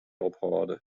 ophâlde